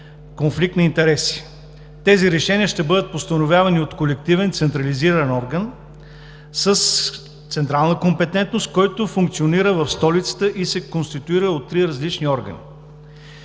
конфликт на интереси. Тези решения ще бъдат постановявани от колективен централизиран орган с централна компетентност, който функционира в столицата и се конституира от три различни органа.